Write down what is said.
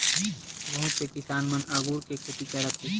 बहुत से किसान मन अगुर के खेती करथ